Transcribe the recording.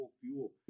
fuel